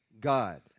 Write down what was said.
God